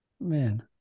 man